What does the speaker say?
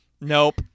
Nope